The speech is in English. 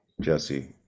jesse